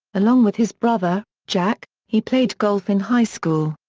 along with his brother, jack, he played golf in high school.